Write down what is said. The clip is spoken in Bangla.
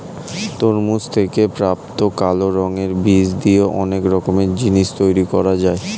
তরমুজ থেকে প্রাপ্ত কালো রঙের বীজ দিয়ে অনেক রকমের জিনিস তৈরি করা যায়